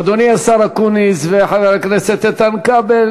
אדוני השר אקוניס וחבר הכנסת איתן כבל,